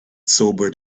sobered